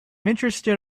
interested